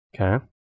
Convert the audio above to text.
Okay